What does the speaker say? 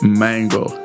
mango